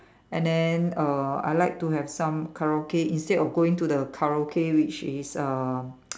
and then err I like to have some Karaoke instead of going to the Karaoke which is uh